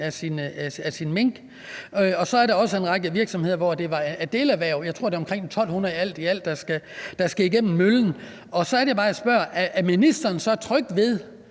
af sine mink. Og så er der også en række virksomheder, hvor det er et delerhverv. Jeg tror, det er omkring 1.200 virksomheder alt i alt, der skal igennem møllen. Så er det bare, jeg spørger: Er ministeren så tryg ved